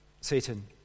Satan